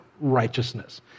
righteousness